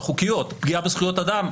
החוקיות פגיעה בזכויות אדם,